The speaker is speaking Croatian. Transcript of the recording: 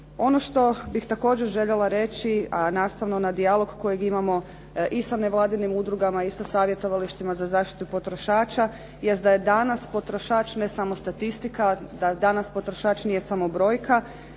Ono što bih također željela reći, a nastavno na dijalog kojeg imamo i sa nevladinim udrugama i sa savjetovalištima za zaštitu potrošača, jest da je danas potrošač ne samo statistika, da danas potrošač nije samo brojka,